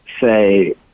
say